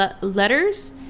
letters